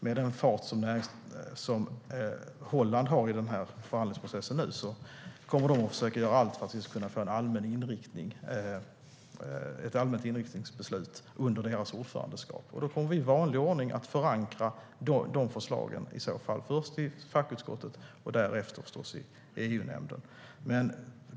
Med den fart som Holland har i förhandlingsprocessen kommer vi att kunna fatta beslut om en allmän inriktning under det holländska ordförandeskapet. I så fall kommer vi i vanlig ordning att förankra dessa förslag, först i fackutskottet och därefter i EU-nämnden.